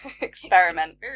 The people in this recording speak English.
experiment